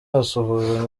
asuhuza